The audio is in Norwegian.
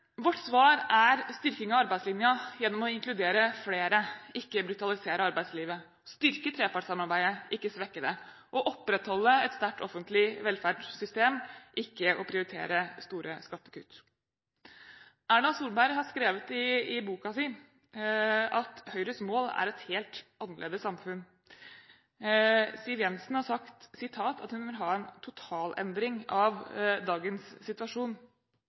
Vårt svar er styrking av arbeidslinja gjennom å inkludere flere, ikke brutalisere arbeidslivet, å styrke trepartssamarbeidet, ikke svekke det, å opprettholde et sterkt offentlig velferdssystem, ikke prioritere store skattekutt. Erna Solberg har skrevet i boken sin at Høyres mål er et helt annerledes samfunn. Siv Jensen har sagt at hun vil ha «en total endring av dagens situasjon».